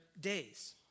days